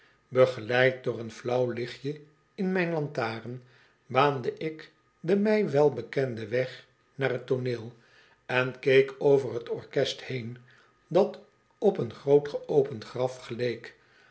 begeleid door een flauw lichtje in myn lantaren baande ik den mij welbekenden weg naar t tooneel en keek over t orchest heen dat op een groot geopend graf geleek